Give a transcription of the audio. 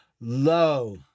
lo